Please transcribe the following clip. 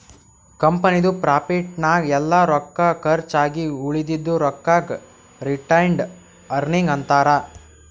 ಕಂಪನಿದು ಪ್ರಾಫಿಟ್ ನಾಗ್ ಎಲ್ಲಾ ರೊಕ್ಕಾ ಕರ್ಚ್ ಆಗಿ ಉಳದಿದು ರೊಕ್ಕಾಗ ರಿಟೈನ್ಡ್ ಅರ್ನಿಂಗ್ಸ್ ಅಂತಾರ